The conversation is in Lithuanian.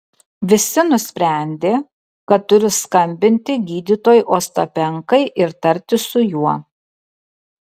visi nusprendė kad turiu skambinti gydytojui ostapenkai ir tartis su juo